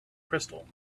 crystal